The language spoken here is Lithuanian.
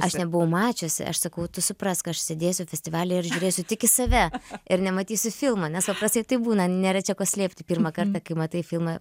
aš nebuvau mačiusi aš sakau tu suprask aš sėdėsiu festivaly ir žiūrėsiu tik į save ir nematysiu filmo nes paprastai taip būna nėra čia ko slėpti pirmą kartą kai matai filmą